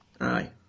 Aye